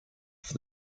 for